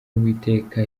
y’uwiteka